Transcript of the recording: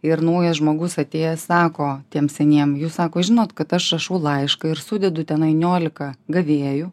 ir naujas žmogus atėjęs sako tiem seniem jūs sako žinot kad aš rašau laišką ir sudedu tenai niolika gavėjų